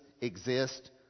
exist